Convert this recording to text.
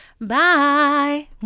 Bye